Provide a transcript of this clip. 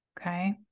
Okay